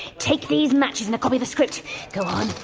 take these matches, and a copy of the script go on!